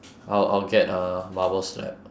I'll I'll get a marble slab